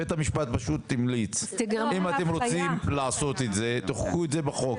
בית המשפט פשוט המליץ: אם אתם רוצים לעשות את זה תחוקקו את זה בחוק.